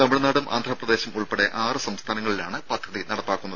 തമിഴ്നാടും ആന്ധ്രാപ്രദേശും ഉൾപ്പെടെ ആറ് സംസ്ഥാനങ്ങളിലാണ് പദ്ധതി നടപ്പാക്കുന്നത്